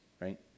right